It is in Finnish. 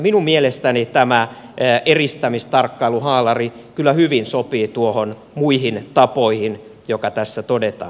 minun mielestäni tämä eristämistarkkailuhaalari kyllä hyvin sopii tuohon muihin tapoihin joka tässä todetaan